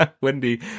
Wendy